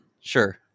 Sure